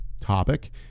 topic